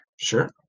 Sure